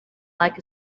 like